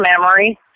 memory